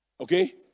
okay